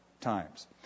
times